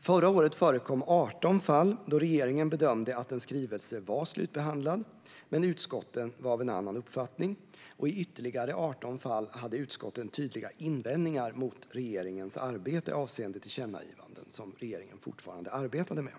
Förra året förekom 18 fall då regeringen bedömde att en skrivelse var slutbehandlad men då utskotten var av en annan uppfattning. Och i ytterligare 18 fall hade utskotten tydliga invändningar mot regeringens arbete avseende tillkännagivanden som regeringen fortfarande arbetade med.